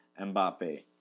Mbappe